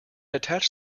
attach